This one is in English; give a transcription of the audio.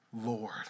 Lord